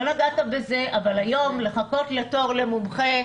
לא נגעת בזה אבל היום לחכות לתור למומחה,